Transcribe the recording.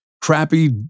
crappy